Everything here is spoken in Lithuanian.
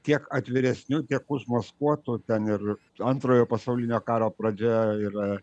tiek atviresnių tiek užmaskuotų ten ir antrojo pasaulinio karo pradžioje yra